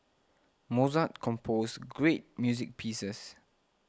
Mozart composed great music pieces